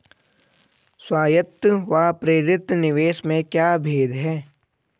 स्वायत्त व प्रेरित निवेश में क्या भेद है?